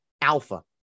alpha